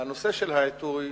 הנושא של העיתוי